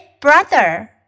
brother